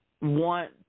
want